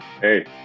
Hey